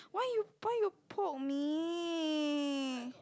why you why you poke me